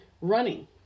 running